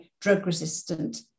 drug-resistant